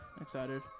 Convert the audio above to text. excited